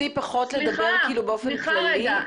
אז תנסי פחות לדבר באופן כללי.